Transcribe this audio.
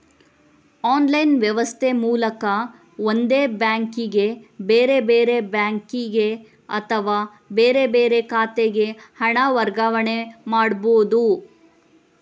online ವ್ಯವಸ್ಥೆ ಮೂಲಕ ಒಂದೇ ಬ್ಯಾಂಕಿಗೆ, ಬೇರೆ ಬೇರೆ ಬ್ಯಾಂಕಿಗೆ ಅಥವಾ ಬೇರೆ ಬೇರೆ ಖಾತೆಗೆ ಹಣ ವರ್ಗಾವಣೆ ಮಾಡ್ಬಹುದು